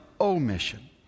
omission